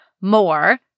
more